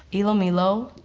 ilomilo.